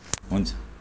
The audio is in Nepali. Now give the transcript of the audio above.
हुन्छ